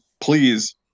please